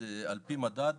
על פי מדד,